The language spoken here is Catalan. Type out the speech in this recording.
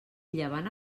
llevant